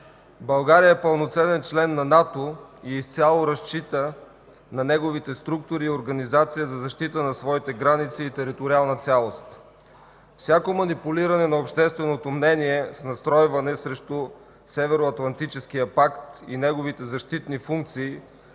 България е пълноценен член на НАТО и изцяло разчита на неговите структури и организация за защита на своите граници и териториална цялост. Всяко манипулиране на общественото мнение с настройване срещу Северноатлантическия пакт и неговите защитни функции